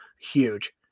Huge